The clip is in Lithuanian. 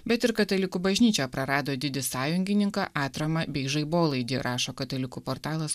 bet ir katalikų bažnyčia prarado didį sąjungininką atramą bei žaibolaidį rašo katalikų portalas